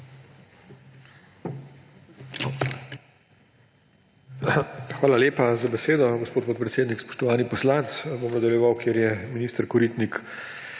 Hvala lepa za besedo, gospod podpredsednik. Spoštovani poslanec! Nadaljeval bom, kjer je minister Koritnik